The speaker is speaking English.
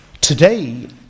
today